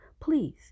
please